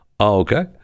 Okay